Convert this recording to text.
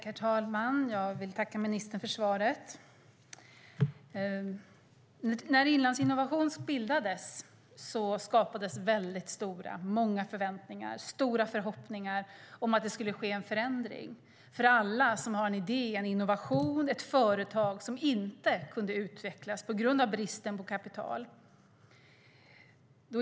Herr talman! Jag vill tacka ministern för svaret. När Inlandsinnovation bildades skapades stora och många förväntningar och förhoppningar om att det skulle ske en förändring för alla som har en idé, en innovation eller ett företag som inte kan utvecklas på grund av bristen på kapital.